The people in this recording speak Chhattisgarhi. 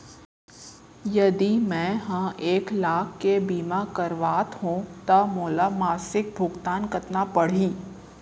यदि मैं ह एक लाख के बीमा करवात हो त मोला मासिक भुगतान कतना पड़ही?